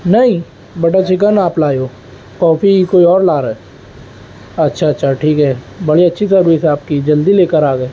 نہیں butter chicken آپ لائے ہو کافی کوئی اور لا رہا ہے اچھا اچھا ٹھیک ہے بڑی اچھی سروس ہے آپ کی جلدی لے کر آ گئے